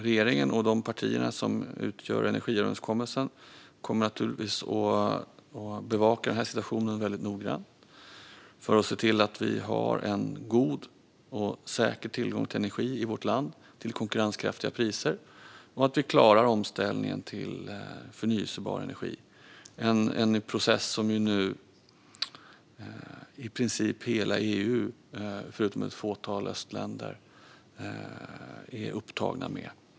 Regeringen och de partier som ingår i energiöverenskommelsen kommer naturligtvis att bevaka situationen noggrant för att se till att vi har en god och säker tillgång till energi i vårt land till konkurrenskraftiga priser och att vi klarar omställningen till förnybar energi. Det är en process som i princip hela EU, förutom ett fåtal östländer, är upptaget med.